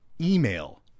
email